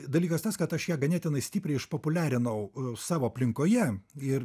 dalykas tas kad aš ją ganėtinai stipriai išpopuliarinau a savo aplinkoje ir